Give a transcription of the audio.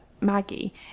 Maggie